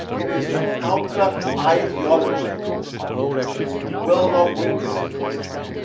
it is counter ideology because we will not win this physically.